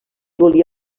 volia